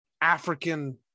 African